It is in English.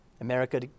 America